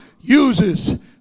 uses